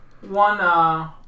one